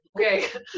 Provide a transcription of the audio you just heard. okay